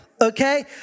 okay